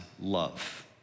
love